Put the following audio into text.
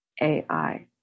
AI